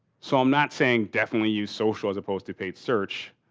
so, i'm not saying definitely use social as opposed to paid search